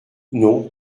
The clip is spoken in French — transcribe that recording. non